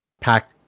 pack